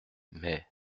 mais